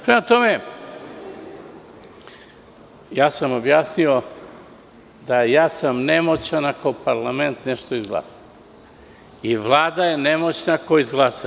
Prema tome, objasnio sam da sam ja nemoćan ako parlament nešto izglasa i Vlada je nemoćna ako izglasa.